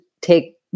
take